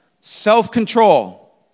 self-control